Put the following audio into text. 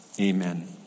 amen